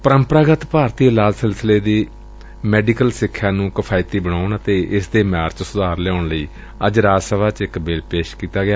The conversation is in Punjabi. ਪਰੰਪਰਾਗਤ ਭਾਰਤੀ ਇਲਾਜ ਸਿਲਸਿਲੇ ਦੀ ਮੈਡੀਕਲ ਸਿਖਿਆ ਨੂੰ ਕਿਫਾਇਤੀ ਬਣਾਊਣ ਅਤੇ ਇਸ ਦੇ ਮਿਆਰ ਚ ਸੁਧਾਰ ਲਿਆਉਣ ਲਈ ਅੱਜ ਰਾਜ ਸਭਾ ਚ ਇਕ ਬਿੱਲ ਪੇਸ਼ ਕੀਤਾ ਗਿਆ